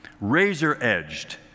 razor-edged